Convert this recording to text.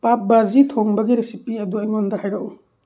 ꯄꯥꯕ ꯚꯥꯖꯤ ꯊꯣꯡꯕꯒꯤ ꯔꯦꯁꯤꯄꯤ ꯑꯗꯨ ꯑꯩꯉꯣꯟꯗ ꯍꯥꯏꯔꯛꯎ